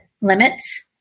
limits